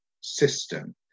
system